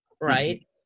right